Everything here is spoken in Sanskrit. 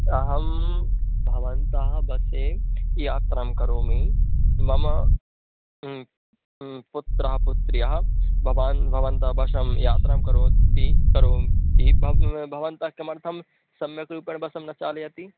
अहं भवन्तः बस्से यात्रां करोमि मम पुत्रः पुत्र्यः भवान् भवन्तः बश्शं यात्रां करोति कुर्वन्ति भव् भवन्तः किमर्थं सम्यक् रूपेण बस्सं न चालयति